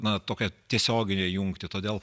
na tokią tiesioginę jungtį todėl